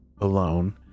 alone